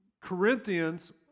Corinthians